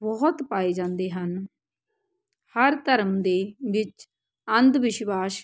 ਬਹੁਤ ਪਾਏ ਜਾਂਦੇ ਹਨ ਹਰ ਧਰਮ ਦੇ ਵਿੱਚ ਅੰਧ ਵਿਸ਼ਵਾਸ